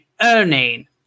earning